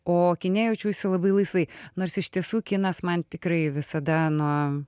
o kine jaučiausi labai laisvai nors iš tiesų kinas man tikrai visada nuo